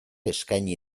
eskaini